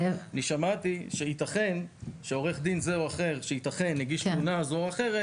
שמעתי שעו"ד זה או אחר שייתכן הגיש תלונה או אחרת.